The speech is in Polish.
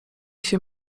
się